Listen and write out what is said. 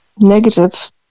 negative